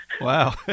Wow